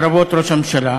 לרבות ראש הממשלה,